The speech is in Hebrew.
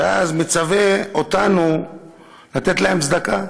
ואז מצווה אותנו לתת להם צדקה?